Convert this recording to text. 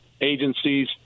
agencies